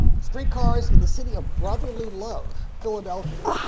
street cars in the city of brotherly love, philadelphia,